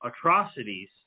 atrocities